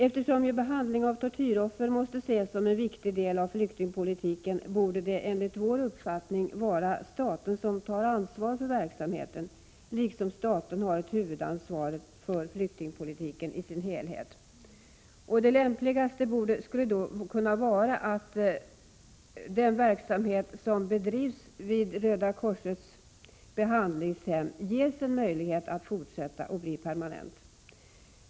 Eftersom vården av tortyroffer måste ses som en viktig del av flyktingpolitiken borde det enligt vår uppfattning vara staten som tar ansvar för verksamheten liksom staten har ett huvudansvar för flyktingpolitiken som helhet. Det lämpligaste skulle vara att den verksamhet som bedrivs vid Röda korsets behandlingshem ges en möjlighet att fortsätta och bli permanent.